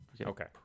okay